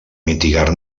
mitigar